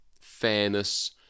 fairness